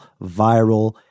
viral